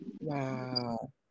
wow